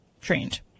trained